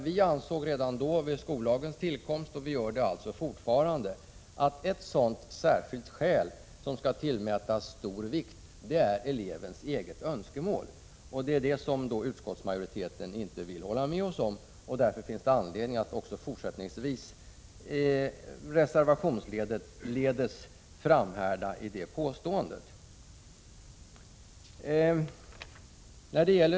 Vi ansåg redan vid skollagens tillkomst och gör det fortfarande att ett sådant särskilt skäl som skall tillmätas stor vikt är elevens eget önskemål. Det är det som utskottsmajoriteten inte vill hålla med om, och därför finns det också anledning att även fortsättningsvis reservationsledes framhärda med vårt påstående.